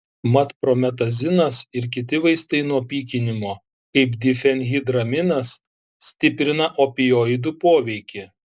mat prometazinas ir kiti vaistai nuo pykinimo kaip difenhidraminas stiprina opioidų poveikį